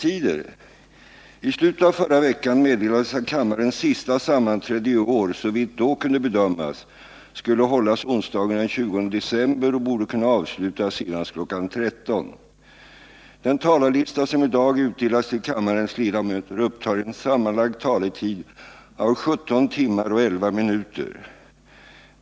I slutet av förra veckan meddelades att kammarens sista sammanträde i år såvitt då kunde bedömas skulle hållas onsdagen den 20 december och borde kunna avslutas senast kl. 13.00. Den talarlista som i dag utdelats till kammarens ledamöter upptar en sammanlagd taletid av 17 timmar och 11 minuter.